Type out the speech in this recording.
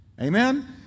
Amen